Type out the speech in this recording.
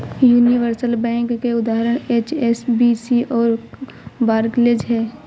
universal bank के उदाहरण HSBC और बार्कलेज हैं